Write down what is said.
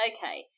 Okay